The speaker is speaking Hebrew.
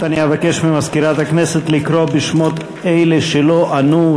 אני אבקש ממזכירת הכנסת לקרוא בשמות אלו שלא ענו,